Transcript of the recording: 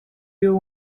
you